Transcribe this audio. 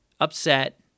upset